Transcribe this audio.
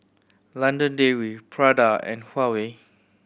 London Dairy Prada and Huawei